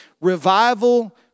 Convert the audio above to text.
Revival